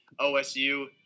OSU